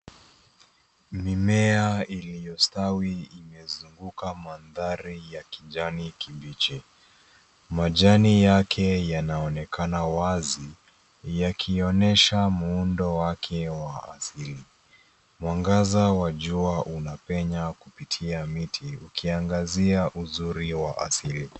Mimea iliyostawi imezunguka mandhari ya kijani kibichi. Majani yake yanaonekana wazi, yakionyesha muundo wake wa asili. Mwangaza wa jua unapenya kupitia miti, ukiangazia uzuri wa asili.